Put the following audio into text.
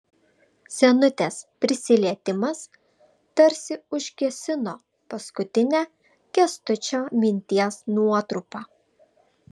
senutės prisilietimas tarsi užgesino paskutinę kęstučio minties nuotrupą